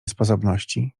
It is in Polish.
sposobności